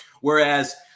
Whereas